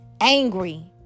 Angry